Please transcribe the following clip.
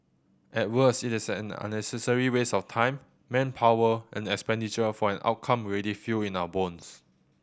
at worst it is an unnecessary waste of time manpower and expenditure for an outcome we already feel in our bones